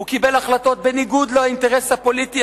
הוא קיבל החלטות בניגוד לאינטרס הפוליטי